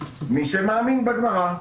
למי שמאמין בגמרא.